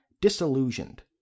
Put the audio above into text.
disillusioned